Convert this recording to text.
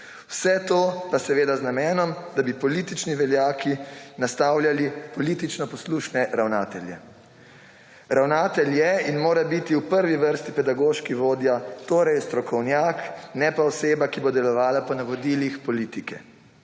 Vse to pa z namenom, da bi politični veljaki nastavljali politično poslušne ravnatelje. Ravnatelj je in mora biti v prvi vrsti pedagoški vodja, torej strokovnjak ne pa oseba, ki bo delovala po navodilih politike.